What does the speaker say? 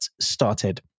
started